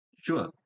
sure